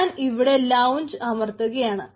ഞാൻ ഇവിടെ ലോഞ്ച് അമർത്തുകയാണ്